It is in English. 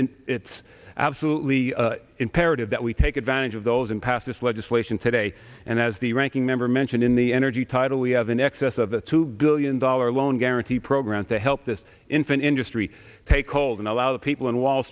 in it's absolutely imperative that we take advantage of those and pass this legislation today and as the ranking member mentioned in the energy title we have in excess of a two billion dollar loan guarantee program to help this infant industry take hold and allow the people on wall